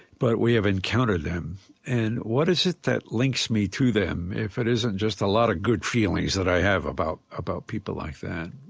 but we have encountered them. and what is it that links me to them if it isn't just a lot of good feelings that i have about about people like that?